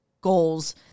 goals